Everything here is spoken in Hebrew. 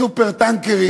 "סופר-טנקרים",